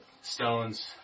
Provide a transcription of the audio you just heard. stones